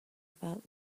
about